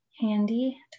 handy